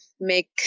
make